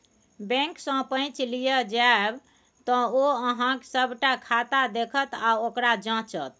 बैंकसँ पैच लिअ जाएब तँ ओ अहॅँक सभटा खाता देखत आ ओकरा जांचत